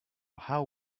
how